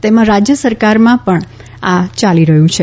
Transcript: તેમાં રાજય સરકારમાં પણ આ ચાલી રહ્યું છે